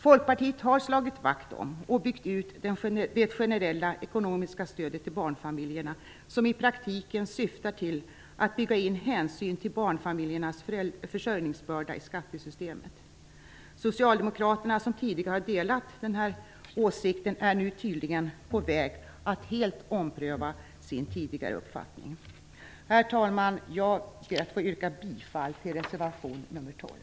Folkpartiet har slagit vakt om och byggt ut det generella ekonomiska stödet till barnfamiljerna som i praktiken syftar till att bygga in hänsyn till barnfamiljernas försörjningsbörda i skattesystemet. Socialdemokraterna, som tidigare har delat den här åsikten, är nu tydligen på väg att helt ompröva sin tidigare uppfattning. Herr talman! Jag ber att få yrka bifall till reservation nr 12.